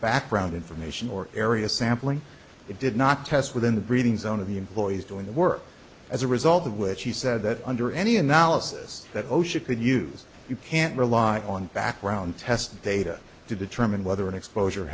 background information or area sampling it did not test within the breeding zone of the employees doing the work as a result of which he said that under any analysis that osha could use you can't rely on background test data to determine whether an exposure